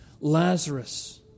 Lazarus